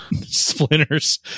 splinters